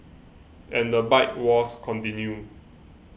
and the bike wars continue